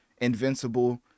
invincible